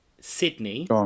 Sydney